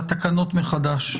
לתקנות מחדש.